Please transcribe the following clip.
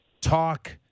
talk